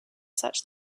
such